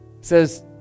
says